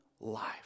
life